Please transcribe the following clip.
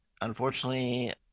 unfortunately